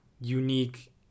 unique